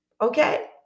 okay